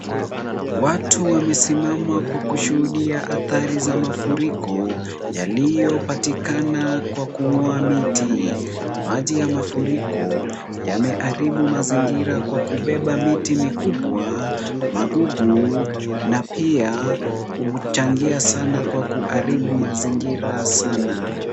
Watu wamesimama kwa kushuhudia athari za mafuriko yaliyopatikana kwa kung'oa miti. Maji ya mafuriko yameharibu mazingira kwa kubeba miti mikubwa, magugu na pia kuchangia sana kwa kuharibu mazingira sana.